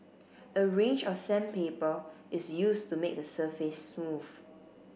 a range of sandpaper is used to make the surface smooth